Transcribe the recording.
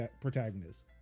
protagonist